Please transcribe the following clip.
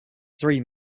three